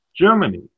Germany